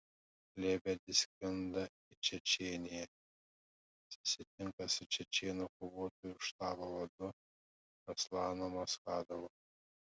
lebedis skrenda į čečėniją susitinka su čečėnų kovotojų štabo vadu aslanu maschadovu